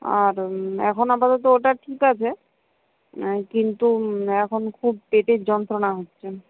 আর এখন আপাতত ওটা ঠিক আছে কিন্তু এখন খুব পেটের যন্ত্রণা হচ্ছে